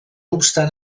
obstant